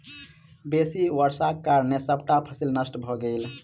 बेसी वर्षाक कारणें सबटा फसिल नष्ट भ गेल